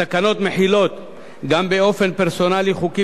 התקנות מחילות גם באופן פרסונלי חוקים